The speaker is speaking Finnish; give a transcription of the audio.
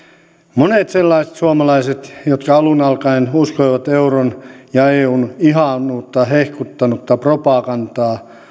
monet sellaiset suomalaiset jotka alun alkaen uskoivat euron ja eun ihanuutta hehkuttanutta propagandaa